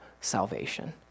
salvation